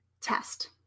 test